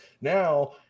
now